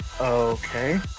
okay